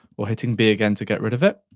or hitting b again, to get rid of it.